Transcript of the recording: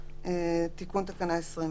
תיקון תקנה 21: